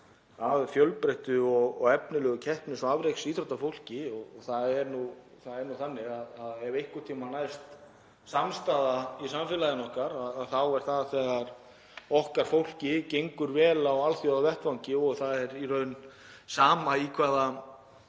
af fjölbreyttu og efnilegu keppnis- og afreksíþróttafólki. Það er nú þannig að ef einhvern tíma næst samstaða í samfélaginu okkar þá er það þegar okkar fólki gengur vel á alþjóðavettvangi og það er í raun sama í hvaða